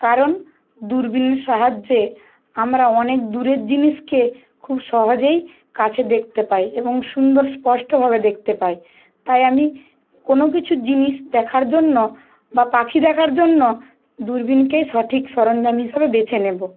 কারণ দূরবীনের সাহায্যে আমরা অনেক দূরের জিনিসকে খুব সহজেই কাছে দেখতে পাই এবং সুন্দর স্পস্টভাবে দেখতে পাই তাই আমি কোনো কিছু জিনিস দেখার জন্য বা পাখি দেখার জন্য দূরবীনকে সঠিক সরঞ্জাম হিসেবে বেছে নেবো